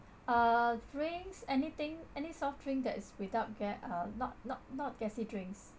uh drinks anything any soft drink that is without gas uh not not not gassy drinks